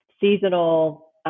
seasonal